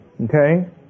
Okay